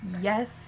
Yes